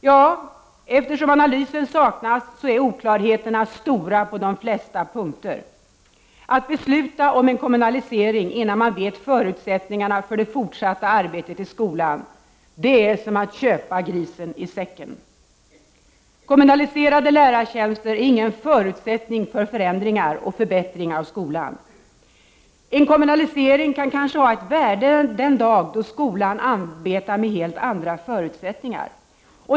Ja, eftersom analysen saknas är oklarheterna stora på de flesta punkter. Att besluta om en kommunalisering innan man vet förutsättningarna för det fortsatta arbetet i skolan är som att köpa grisen i säcken! Kommunaliserade lärartjänster är ingen förutsättning för förändringar och förbättringar av skolan. En kommunalisering kan kanske ha ett värde den dag skolan arbetar med helt andra förutsättningar.